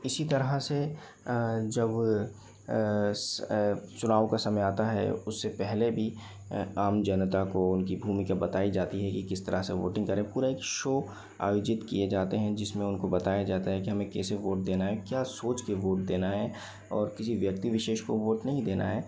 इसी तरह से जब चुनाव का समय आता है उससे पहले भी आम जनता को उनकी भूमिका बताई जाती है कि किस तरह से वोटिंग करें पूरा एक शो आयोजित किए जाते हैं जिसमें उनको बताया जाता है कि हमें कैसे वोट देना है क्या सोच के वोट देना है और किसी व्यक्ति विशेष को वोट नहीं देना है